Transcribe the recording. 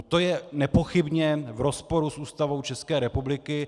To je nepochybně v rozporu s Ústavou České republiky.